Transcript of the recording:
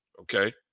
okay